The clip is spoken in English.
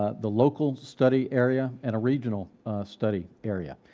ah the local study area, and a regional study area.